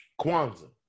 Kwanzaa